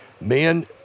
men